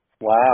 Wow